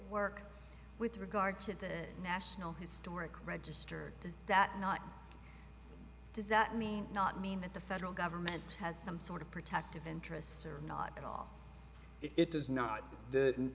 work with regard to the national historic register does that not does that mean not mean that the federal government has some sort of protective interests or not at all it does not the